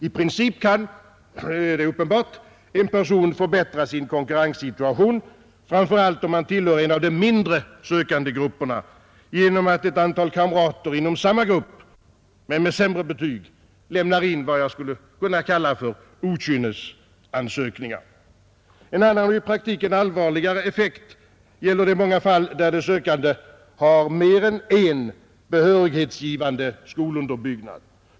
I princip kan — det är uppenbart — en person förbättra sin konkurrenssituation, framför allt om han tillhör en av de mindre sökandegrupperna, genom att ett antal kamrater inom samma grupp men med sämre betyg lämnar in vad jag skulle kunna kalla för okynnesansökningar. En annan och i praktiken allvarligare effekt uppstår i de många fall där sökande har mer än en behörighetsgivande skolunderbyggnad.